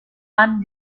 han